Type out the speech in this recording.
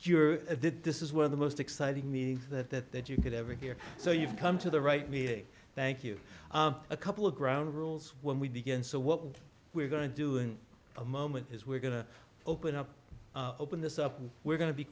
did this is one of the most exciting me that that that you could ever hear so you've come to the right we thank you a couple of ground rules when we begin so what we're going to do in a moment is we're going to open up open this up and we're going to be